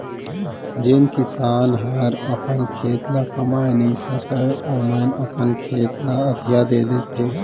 जेन किसान हर अपन खेत ल कमाए नइ सकय ओमन अपन खेत ल अधिया दे देथे